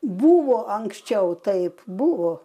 buvo anksčiau taip buvo